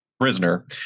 prisoner